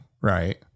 right